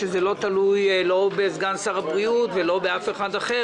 שזה לא תלוי בסגן שר הבריאות ולא באף אחד אחר